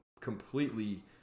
completely